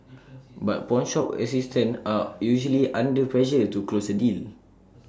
but pawnshop assistants are usually under pressure to close A deal